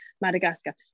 Madagascar